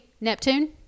neptune